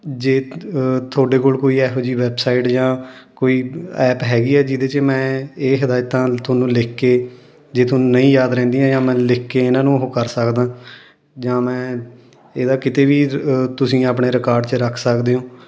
ਜੇ ਤੁਹਾਡੇ ਕੋਲ ਕੋਈ ਇਹੋ ਜਿਹੀ ਵੈੱਬਸਾਈਟ ਜਾਂ ਕੋਈ ਐਪ ਹੈਗੀ ਆ ਜਿਹਦੇ 'ਚ ਮੈਂ ਇਹ ਹਦਾਇਤਾਂ ਤੁਹਾਨੂੰ ਲਿਖ ਕੇ ਜੇ ਤੁਹਾਨੂੰ ਨਹੀਂ ਯਾਦ ਰਹਿੰਦੀਆਂ ਜਾਂ ਮੈਂ ਲਿਖ ਕੇ ਇਹਨਾਂ ਨੂੰ ਉਹ ਕਰ ਸਕਦਾ ਜਾਂ ਮੈਂ ਇਹਦਾ ਕਿਤੇ ਵੀ ਤੁਸੀਂ ਆਪਣੇ ਰਿਕਾਰਡ 'ਚ ਰੱਖ ਸਕਦੇ ਓਂ